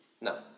No